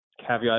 caveat